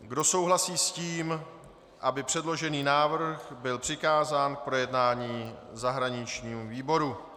Kdo souhlasí s tím, aby předložený návrh byl přikázán k projednání v zahraničním výboru.